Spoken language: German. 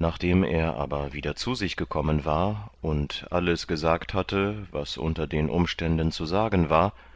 nachdem er aber wieder zu sich gekommen war und alles gesagt hatte was unter den umständen zu sagen war